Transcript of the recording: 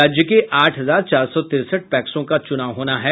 राज्य के आठ हजार चार सौ तिरसठ पैक्सों का चुनाव होना है